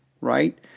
right